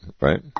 right